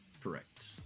Correct